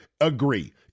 agree